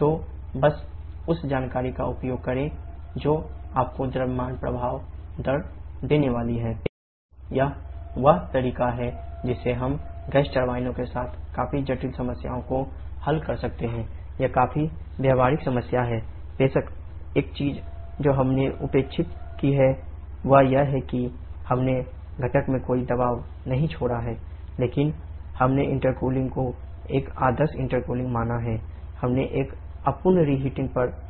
तो बस उस जानकारी का उपयोग करें जो आपको द्रव्यमान प्रवाह दर देने वाली है m51031537326ktqs यह वह तरीका है जिससे हम गैस टरबाइनों पर